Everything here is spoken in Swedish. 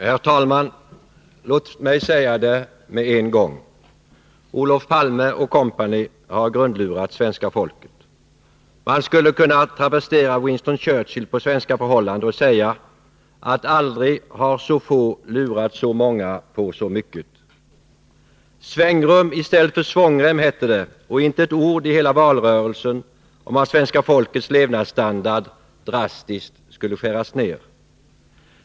Herr talman! Låt mig säga det med en gång: Olof Palme & Co. har grundlurat svenska folket. Man skulle kunna travestera Winston Churchill och säga att aldrig har så få lurat så många på så mycket. Svängrum i stället för svångrem, hette det, och inte ett ord i hela valrörelsen blev det om att svenska folkets levnadsstandard drastiskt skulle skäras ner.